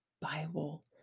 Bible